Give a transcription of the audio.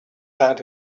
found